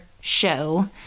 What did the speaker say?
show